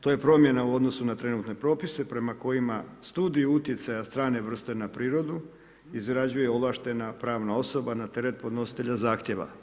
To je promjena u odnosu na trenutne propise, prema kojima studiju utjecaja strane vrste na prirodu izrađuje ovlaštena pravna osoba na teret podnositelja zahtijeva.